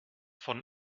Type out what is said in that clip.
von